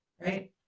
right